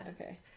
Okay